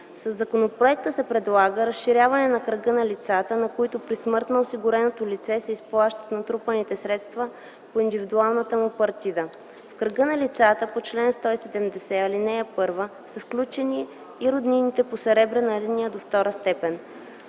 Със законопроекта се предлага разширяване на кръга на лицата, на които при смърт на осигуреното лице се изплащат натрупаните средства по индивидуалната му партида. В кръга на лицата по чл. 170, ал. 1 са включени и роднините по съребрена линия до втора степен.